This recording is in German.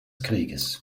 krieges